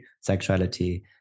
sexuality